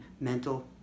mental